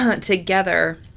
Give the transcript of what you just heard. together